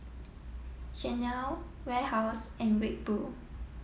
Chanel Warehouse and Red Bull